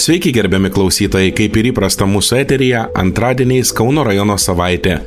sveiki gerbiami klausytojai kaip ir įprasta mūsų eteryje antradieniais kauno rajono savaitė